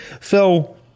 Phil